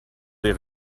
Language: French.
des